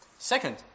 Second